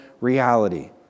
Reality